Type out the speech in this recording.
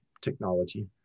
technology